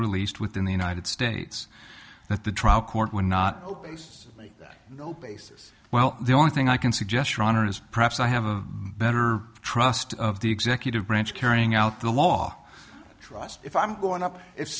released within the united states that the trial court would not obey simply no basis well the only thing i can suggest rahner is perhaps i have a better trust of the executive branch carrying out the law trust if i'm going up i